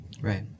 Right